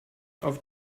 auf